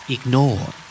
Ignore